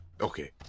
Okay